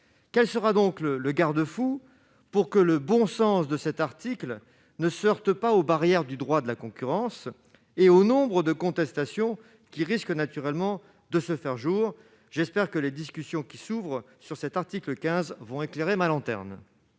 Quel sera le garde-fou pour que le bon sens de cet article ne se heurte pas aux barrières du droit de la concurrence et au nombre de contestations qui risquent de se faire jour ? J'espère que les discussions qui s'ouvrent sur cet article éclaireront ma lanterne.